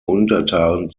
untertanen